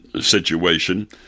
situation